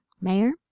Mayor